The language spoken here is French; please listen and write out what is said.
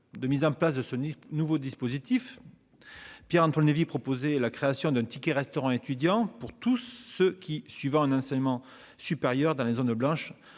de mise en place de ce nouveau dispositif. Pierre rentre le devis proposé la création d'un ticket-restaurant étudiant, pour tous ceux qui, suivant un enseignement supérieur dans les zones blanches